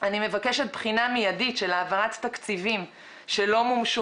אני מבקשת בחינה מיידית של העברת תקציבים שלא מומשו